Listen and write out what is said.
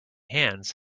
hands